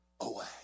away